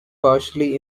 partially